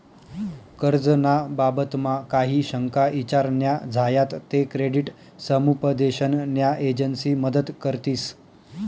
कर्ज ना बाबतमा काही शंका ईचार न्या झायात ते क्रेडिट समुपदेशन न्या एजंसी मदत करतीस